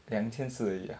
两千四而已 ah